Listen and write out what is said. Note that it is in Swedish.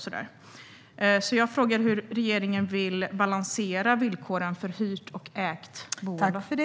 Hur vill regeringen balansera villkoren för hyrt och ägt boende?